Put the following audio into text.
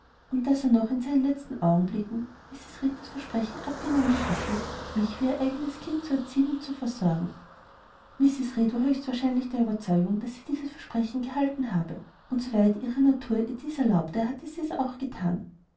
und daß er noch in seinen letzten augenblicken mrs reed das versprechen abgenommen hatte mich wie ihr eigenes kind zu erziehen und zu versorgen mrs reed war höchstwahrscheinlich der überzeugung daß sie dieses versprechen gehalten habe und so weit ihre natur ihr dies erlaubte hatte sie es auch gethan